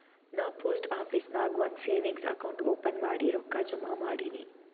ನಾ post office ನಾಗ್ ಒಂದ್ ಸೇವಿಂಗ್ಸ್ ಅಕೌಂಟ್ ಓಪನ್ ಮಾಡಿ ರೊಕ್ಕಾ ಜಮಾ ಮಾಡಿನಿ